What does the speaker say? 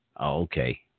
Okay